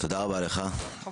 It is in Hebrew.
תודה רבה לך על